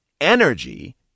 energy